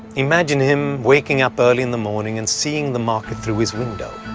imagine him waking up early in the morning and seeing the market through his window.